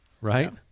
right